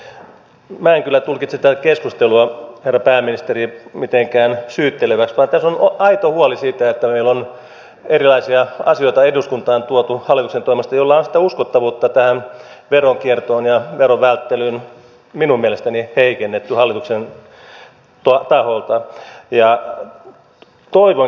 minä en kyllä tulkitse tätä keskustelua herra pääministeri mitenkään syytteleväksi vaan tässä on aito huoli siitä että meillä on eduskuntaan tuotu hallituksen toimesta erilaisia asioita joilla on minun mielestäni hallituksen taholta heikennetty uskottavuutta mitä tulee veronkiertoon ja verovälttelyyn